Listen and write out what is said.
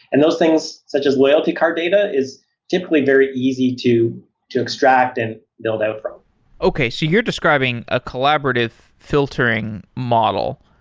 and those things such as loyalty card data is typically very easy to to extract and build out from okay, so you're describing a collaborative filtering model.